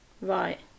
Right